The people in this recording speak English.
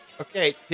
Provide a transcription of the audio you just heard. Okay